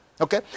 okay